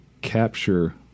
capture